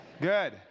Good